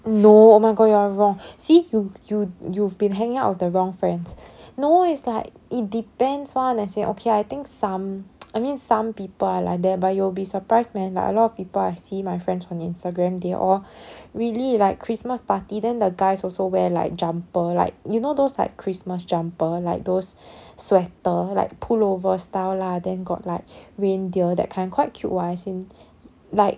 no oh my god you are wrong see you you you've been hanging out of the wrong friends no it's like it depends [one] let's say okay I think some I mean some people are like that but you'll be surprised man like a lot of people I see my friends on instagram they all really like christmas party then the guys also wear like jumper like you know those like christmas jumper like those sweater like pullover style lah then got like reindeer that kind quite cute [what] as in like